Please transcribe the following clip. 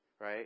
right